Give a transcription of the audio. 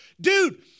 dude